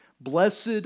Blessed